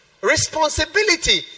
responsibility